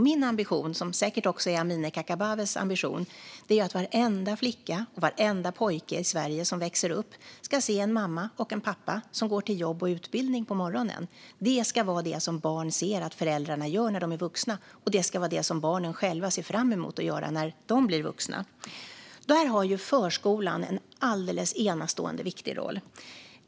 Min ambition, som säkert också är Amineh Kakabavehs ambition, är att varenda flicka och varenda pojke som växer upp i Sverige ska se en mamma och en pappa som går till jobb och utbildning på morgonen. Det ska vara det som barn ser att föräldrarna gör när de är vuxna, och det ska vara det som barnen själva ser fram emot att göra när de blir vuxna. Där har förskolan en alldeles enastående viktig roll.